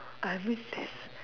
I mean there's